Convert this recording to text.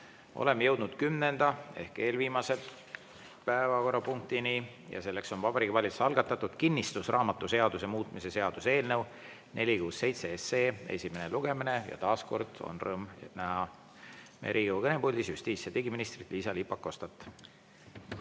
Oleme jõudnud kümnenda ehk eelviimase päevakorrapunktini ja selleks on Vabariigi Valitsuse algatatud kinnistusraamatuseaduse muutmise seaduse eelnõu 467 esimene lugemine. Ja taas on rõõm näha Riigikogu kõnepuldis justiits- ja digiminister Liisa-Ly Pakostat.